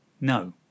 No